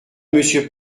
monsieur